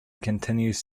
continues